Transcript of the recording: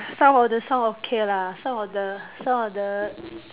some of the songs okay lah some of the some of the s~